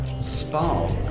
spark